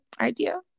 idea